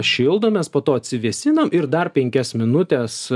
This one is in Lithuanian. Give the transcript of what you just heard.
šildomės po to atsivėsina ir dar penkias minutes